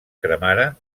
cremaren